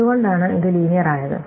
എന്തു കൊണ്ടാണ് ഇത് ലീനിയെർ ആയത്